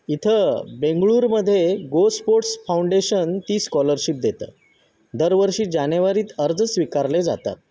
इथं बंगळुरूमध्ये GoSports foundation ती स्कॉलरशिप देतं दरवर्षी जानेवारीत अर्ज स्वीकारले जातात